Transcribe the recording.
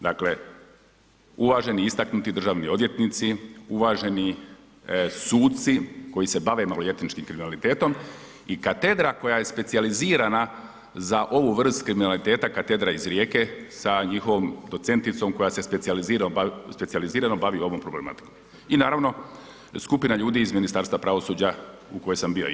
Dakle, uvaženi i istaknuti državni odvjetnici, uvaženi suci koji se bave maloljetničkim kriminalitetom i katedra koja je specijalizirana za ovu vrstu kriminaliteta, katedra iz Rijeke sa njihovom docenticom koja se specijalizirano bavi ovom problematikom i naravno skupina ljudi iz Ministarstva pravosuđa u kojoj sam bio i ja.